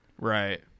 Right